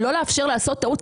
לא לאפשר לעשות טעות.